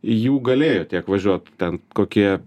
jų galėjo tiek važiuot ten kokie